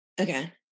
Okay